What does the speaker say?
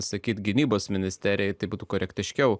sakyti gynybos ministerijai tai būtų korektiškiau